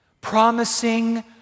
promising